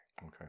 Okay